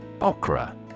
Okra